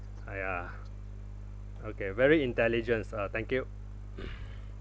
!aiya! okay very intelligence uh thank you